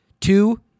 two